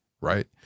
right